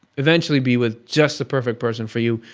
eventually be with just the perfect person for you,